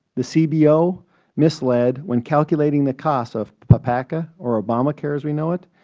the cbo misled, when calculating the cost of papaca or obama care, as we know it,